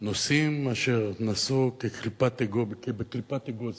נוסעים אשר נסעו בקליפת אגוז